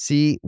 See